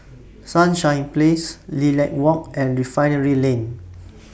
Sunshine Place Lilac Walk and Refinery Lane